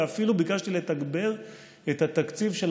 ואפילו ביקשתי לתגבר את התקציב של